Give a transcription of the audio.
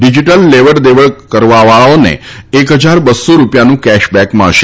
digital લેવડદેવડ કરવાવાળાઓને એક હજાર બસો રૂપિયાનું કેશબેક મળશે